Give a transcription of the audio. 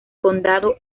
condado